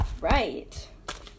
Right